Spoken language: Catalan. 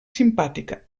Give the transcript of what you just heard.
simpàtica